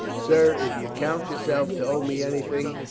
sir, if you count yourself to owe me anything,